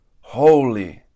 Holy